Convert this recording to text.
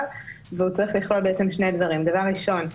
והוא צריך לכלול שני דברים: דבר ראשון,